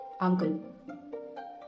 uncle